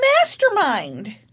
mastermind